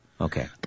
Okay